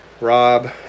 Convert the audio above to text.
Rob